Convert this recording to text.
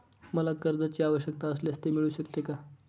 मला कर्जांची आवश्यकता असल्यास ते मिळू शकते का?